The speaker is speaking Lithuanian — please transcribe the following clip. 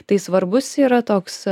tai svarbus yra toks